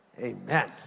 Amen